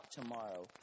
tomorrow